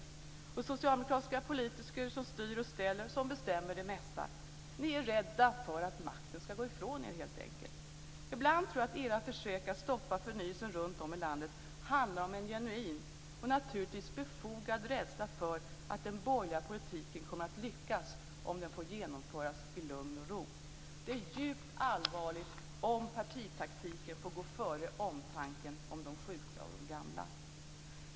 Det ska vara socialdemokratiska politiker som styr och ställer, som bestämmer det mesta. Ni är helt enkelt rädda för att makten ska gå ifrån er. Ibland tror jag att era försök att stoppa förnyelsen runtom i landet handlar om en genuin, och naturligtvis befogad, rädsla för att den borgerliga politiken kommer att lyckas om den får genomföras i lugn och ro. Det är djupt allvarligt om partitaktiken får gå före omtanken om de sjuka och de gamla.